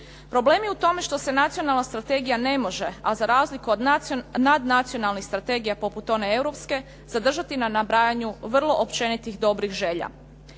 Problem je u tome što se Nacionalna strategija ne može, a razliku nadnacionalnih strategija poput one europske zadržati na nabrajanju vrlo općenitih dobrih želja.